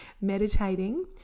meditating